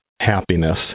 happiness